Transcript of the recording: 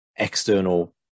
External